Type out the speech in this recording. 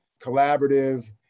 collaborative